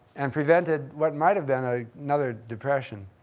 and prevented what might have been ah another depression.